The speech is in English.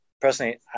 personally